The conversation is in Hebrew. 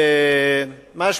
ומקוטלגים בארכיון.